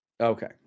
Okay